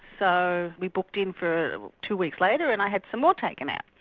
so we booked in for two weeks later and i had some more taken out.